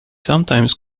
sometimes